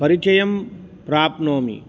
परिचयं प्राप्नोमि